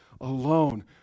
alone